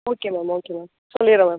okay ma'am okay ma'am சொல்லிடுறேன் ma'am